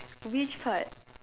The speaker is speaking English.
which part